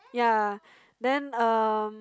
ya then um